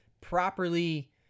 properly